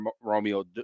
Romeo